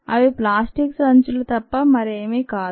అవి ప్లాస్టిక్ సంచులు తప్ప మరేమీ కాదు